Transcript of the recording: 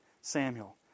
Samuel